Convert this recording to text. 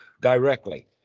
directly